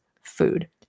food